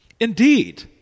Indeed